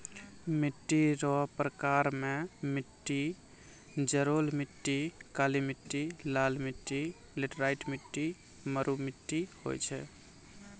मिट्टी रो प्रकार मे मट्टी जड़ोल मट्टी, काली मट्टी, लाल मट्टी, लैटराईट मट्टी, मरु मट्टी होय छै